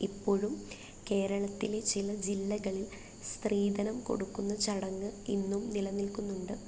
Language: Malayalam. ഇപ്പോഴും കേരളത്തിലെ ചില ജില്ലകളിൽ സ്ത്രീധനം കൊടുക്കുന്ന ചടങ്ങ് ഇന്നും നിലനിൽക്കുന്നുണ്ട്